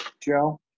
Joe